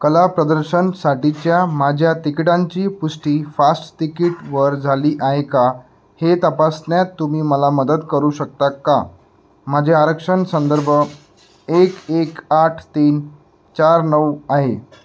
कला प्रदर्शनसाठीच्या माझ्या तिकटांची पुष्टी फास्ट तिकीट वर झाली आहे का हे तपासण्यात तुम्ही मला मदत करू शकता का माझे आरक्षण संदर्भ एक एक आठ तीन चार नऊ आहे